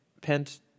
Pent